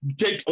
take